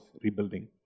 rebuilding